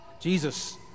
Jesus